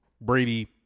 Brady